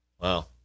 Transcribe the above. Wow